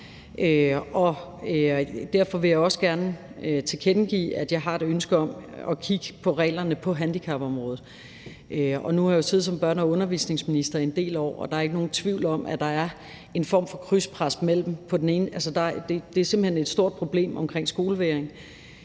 Derfor vil jeg også gerne tilkendegive, at jeg har et ønske om at kigge på reglerne på handicapområdet. Nu har jeg jo siddet som børne- og undervisningsminister i en del år, og der er ikke nogen tvivl om, at der er en form for krydspres; altså, der er simpelt hen et stort problem omkring skolevægring.